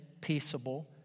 peaceable